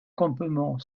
campement